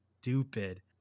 stupid